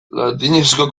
latinezko